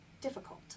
difficult